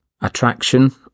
attraction